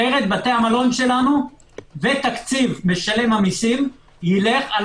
אחרת בתי המלון שלנו ותקציב משלם המיסים ילך על